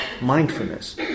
mindfulness